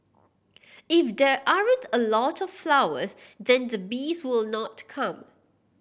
if there aren't a lot of flowers then the bees will not come